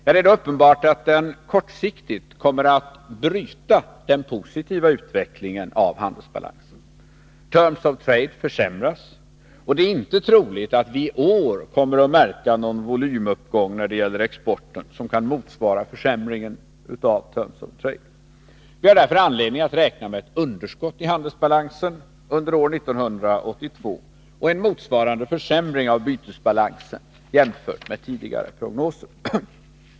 Det är uppenbart att den kortsiktigt kommer att bryta den positiva utvecklingen av handelsbalansen. Terms of trade försämras, och det är inte troligt att vii år kommer att märka någon volymuppgång utav exporten som kan motsvara försämringen i terms of trade. Vi har därför anledning att räkna med ett underskott i handelsbalansen under 1982 och en motsvarande försämring utav bytesbalansen, jämfört med tidigare prognoser.